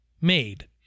made